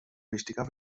wichtiger